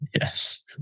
Yes